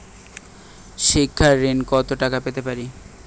শিক্ষা ঋণ কত টাকা পেতে পারি?